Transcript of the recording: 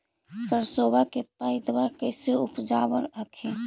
सरसोबा के पायदबा कैसे उपजाब हखिन?